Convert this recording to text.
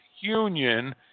union